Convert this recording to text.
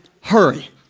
hurry